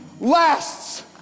lasts